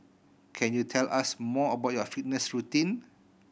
can you tell us more about your fitness routine